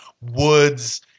woods